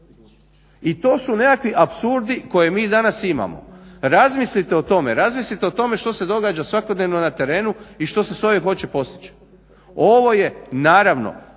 I to su nekakvi apsurdi koje mi danas imamo. Razmislite o tome. Razmislite o tome što se događa svakodnevno na terenu i što se s ovim hoće postići. Ovo je naravno,